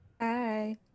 Hi